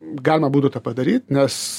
galima būtų tą padaryt nes